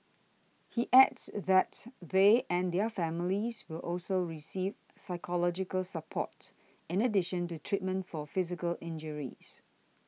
he adds that they and their families will also receive psychological support in addition to treatment for physical injuries